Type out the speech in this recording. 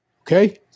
Okay